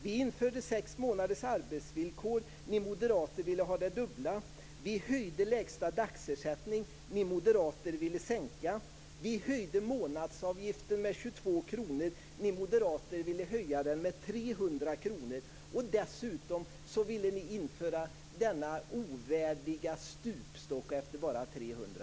Vi införde sex månaders arbetsvillkor. Ni moderater ville ha det dubbla. Vi höjde lägsta dagersättning. Ni moderater ville sänka. Vi höjde månadsavgiften med 22 kr. Ni moderater ville höja den med 300 kr. Dessutom ville ni införa denna ovärdiga stupstock efter bara 300